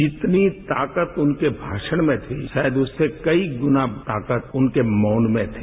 जितनी ताकत उनके भाषण में थी शायद उससे कई गुना ताकत उनके मौन में थी